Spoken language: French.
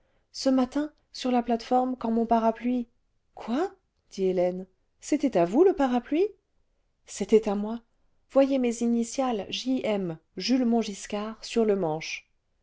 ce matin sur la plate foi me quand mon parapluie quoi dit hélène c'était à vous le parapluie c'était à moi voyez mes initiales j m jules montgiscard sur le manche